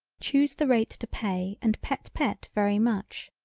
choose the rate to pay and pet pet very much.